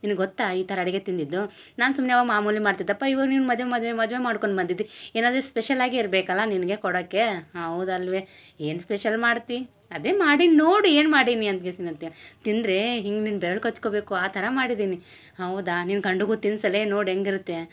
ನಿನ್ಗ ಗೊತ್ತಾ ಈ ಥರ ಅಡ್ಗೆ ತಿಂದಿದ್ದು ನಾನು ಸುಮ್ನೆ ಅವಾಗ ಮಾಮೂಲಿ ಮಾಡ್ತಿದಪ್ಪ ಇವಾಗ ನೀನು ಮದ್ವೆ ಮದ್ವೆ ಮದ್ವೆ ಮಾಡ್ಕೊಂದು ಬಂದಿದ್ದಿ ಏನಾದರು ಸ್ಪೆಷಲಾಗೆ ಇರ್ಬೇಕಲ್ಲಾ ನಿನ್ಗೆ ಕೊಡಕ್ಕೆ ಹೌದಲ್ವೆ ಏನು ಸ್ಪೆಷಲ್ ಮಾಡ್ತಿ ಅದೇ ಮಾಡೀನಿ ನೋಡು ಏನು ಮಾಡೀನಿ ಅಂತ ಗೆಸಿನ್ ಅಂತ್ಹೇಳಿ ತಿಂದರೆ ಹಿಂಗೆ ನಿನ್ನ ಬೆರಳು ಕಚ್ಕೊಬೇಕು ಆ ಥರ ಮಾಡಿದ್ದೀನಿ ಹೌದಾ ನಿನ್ನ ಗಂಡುಗು ತಿನ್ಸಲೇ ನೋಡು ಹೆಂಗಿರುತ್ತೆ